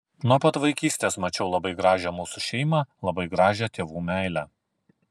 nuo pat vaikystės mačiau labai gražią mūsų šeimą labai gražią tėvų meilę